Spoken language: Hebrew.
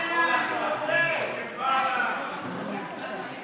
ראשית, אני רוצה להביע התפעלות,